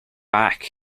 back